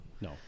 no